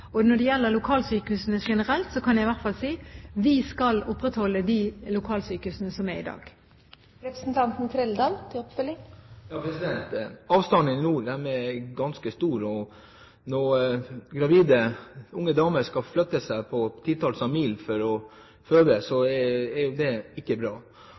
Når det gjelder lokalsykehusene generelt, kan jeg i hvert fall si: Vi skal opprettholde de lokalsykehusene som er i dag. Avstandene i nord er ganske store, og når gravide unge damer skal flyttes titalls mil for å føde, er det ikke bra.